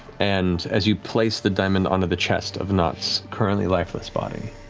and as you place the diamond onto the chest of nott's currently lifeless body,